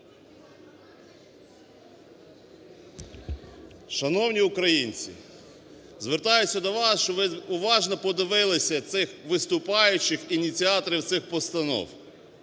Шановні українці, звертаюся до вас, щоб ви уважно подивилися цих виступаючих, ініціаторів цих постанов.